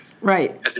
Right